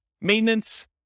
Maintenance